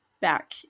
back